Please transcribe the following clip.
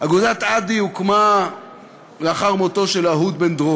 אגודת "אדי" הוקמה לאחר מותו של אהוד בן דרור.